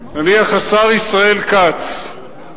נניח השר ישראל כץ,